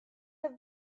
have